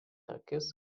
akis